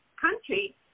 country